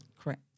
Correct